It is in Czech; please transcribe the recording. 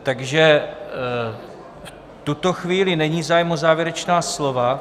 Takže v tuto chvíli není zájem o závěrečná slova.